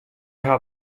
hat